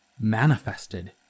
manifested